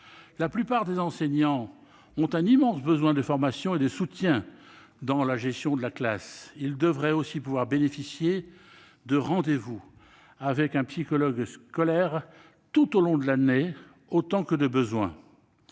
La plupart des enseignants ont un immense besoin de formation et de soutien dans la gestion de la classe. Ils devraient aussi pouvoir bénéficier de rendez-vous avec un psychologue scolaire tout au long de l'année, autant que de besoin.